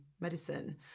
medicine